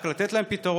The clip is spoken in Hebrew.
רק לתת להם פתרון.